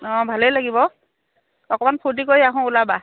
অঁ ভালেই লাগিব অকমান ফূৰ্তি কৰি আহোঁ ওলাবা